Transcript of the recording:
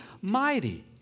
mighty